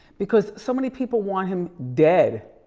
because so many people want him dead.